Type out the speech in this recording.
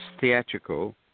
theatrical